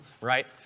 right